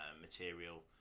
material